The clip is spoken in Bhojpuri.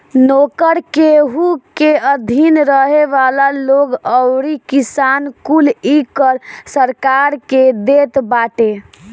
नोकर, केहू के अधीन रहे वाला लोग अउरी किसान कुल इ कर सरकार के देत बाटे